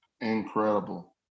Incredible